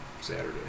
Saturday